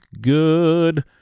good